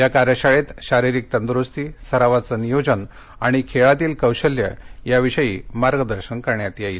या कार्यशाळेत शारीरिक तन्दरुस्ती सरावाचं नियोजन आणि खेळातील कौशल्य याविषयी मार्गदर्शन करण्यात येणार आहे